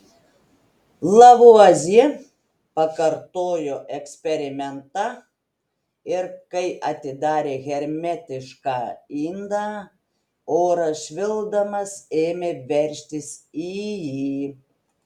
lavuazjė pakartojo eksperimentą ir kai atidarė hermetišką indą oras švilpdamas ėmė veržtis į jį